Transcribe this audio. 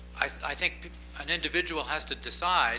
i think an individual has to decide